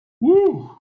Woo